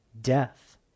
Death